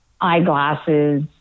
eyeglasses